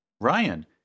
ryan